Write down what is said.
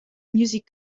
music